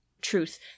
truth